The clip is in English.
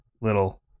little